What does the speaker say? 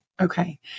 Okay